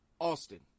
Austin